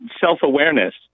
self-awareness